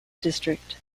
district